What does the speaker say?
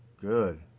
good